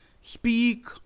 Speak